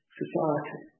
society